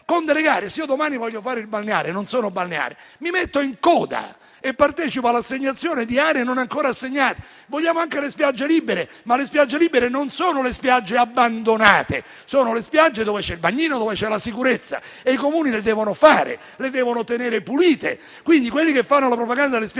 e domani volessi farlo, potrei mettermi in coda e partecipare all'assegnazione di aree non ancora assegnate. Vogliamo anche le spiagge libere, ma queste non sono le spiagge abbandonate: sono le spiagge dove c'è il bagnino e la sicurezza. I Comuni le devono fare e le devono tenere pulite. Quindi quelli che fanno la propaganda alle spiagge libere,